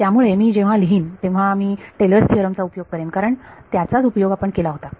त्यामुळे मी जेव्हा लिहीन तेव्हा मी टेलर्स थिओरम Taylor's Theorem चा उपयोग करेन करण त्याचाच उपयोग आपण केला होता